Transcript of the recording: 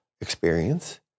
experience